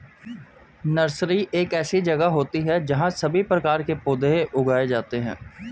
nursery एक ऐसी जगह होती है जहां सभी प्रकार के पौधे उगाए जाते हैं